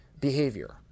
behavior